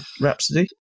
Rhapsody